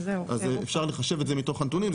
אז אפשר לחשב את זה מתוך הנתונים,